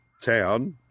town